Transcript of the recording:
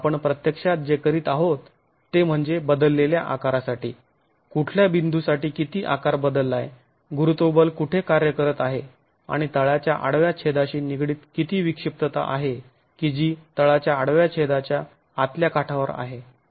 आपण प्रत्यक्षात जे करीत आहोत ते म्हणजे बदललेल्या आकारासाठी कुठल्या बिंदूसाठी किती आकार बदलाय गुरुत्व बल कुठे कार्य करत आहे आणि तळाच्या आडव्या छेदाशी निगडीत किती विक्षिप्तता आहे कि जी तळाच्या आडव्या छेदाच्या आतल्या काठावर आहे